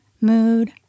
mood